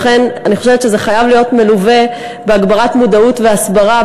לכן אני חושבת שזה חייב להיות מלווה בהגברת המודעות וההסברה,